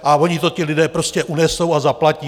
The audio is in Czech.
Ale oni to ti lidé prostě unesou a zaplatí.